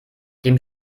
dem